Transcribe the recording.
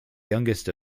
youngest